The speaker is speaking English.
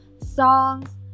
songs